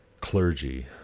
clergy